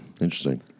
Interesting